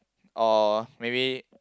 or maybe